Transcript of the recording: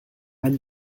and